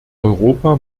europa